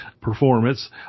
performance